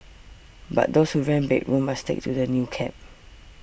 but those who rent bedrooms must stick to the new cap